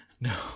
no